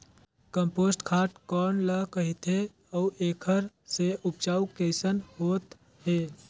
Compost खाद कौन ल कहिथे अउ एखर से उपजाऊ कैसन होत हे?